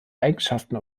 eigenschaften